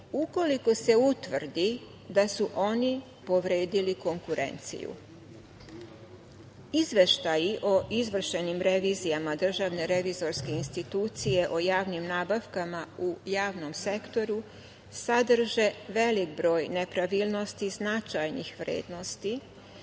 ukoliko se utvrdi da su oni povredili konkurenciju. Izveštaji o izvršenim revizijama DRI o javnim nabavkama u javnom sektoru sadrže veliki broj nepravilnosti i značajnih vrednosti,